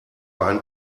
einen